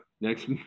Next